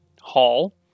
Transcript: hall